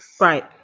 Right